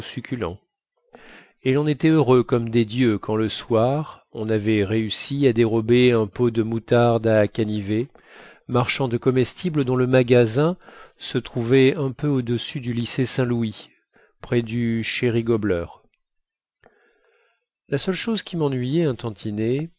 succulent et lon était heureux comme des dieux quand le soir on avait réussi à dérober un pot de moutarde à canivet marchand de comestibles dont le magasin se trouvait un peu au-dessus du lycée saint-louis près du sherry gobbler la seule chose qui mennuyait un tantinet